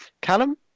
Callum